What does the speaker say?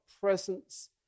presence